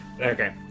Okay